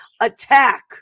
attack